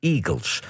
Eagles